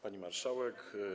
Pani Marszałek!